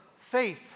faith